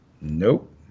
Nope